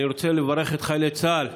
אני רוצה לברך את חיילי צה"ל,